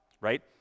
right